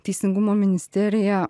teisingumo ministerija